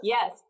Yes